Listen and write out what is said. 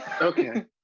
Okay